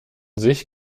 sich